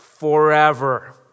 forever